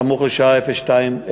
סמוך לשעה 02:00,